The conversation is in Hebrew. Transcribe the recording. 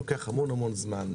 לוקח המון זמן.